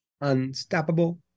Unstoppable